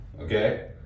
Okay